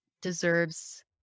deserves